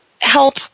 help